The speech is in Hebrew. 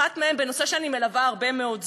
אחת מהן בנושא שאני מלווה הרבה מאוד זמן,